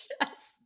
Yes